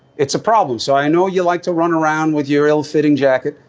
it's a problem. so i know you like to run around with your ill fitting jacket,